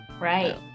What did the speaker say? Right